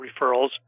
referrals